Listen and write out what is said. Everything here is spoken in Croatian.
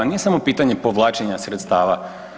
Nije samo pitanje povlačenja sredstava.